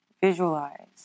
Visualize